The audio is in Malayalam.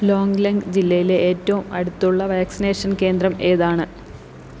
ലോംങ് ലെംങ് ജില്ലയിലെ ഏറ്റവും അടുത്തുള്ള വാക്സിനേഷൻ കേന്ദ്രം ഏതാണ്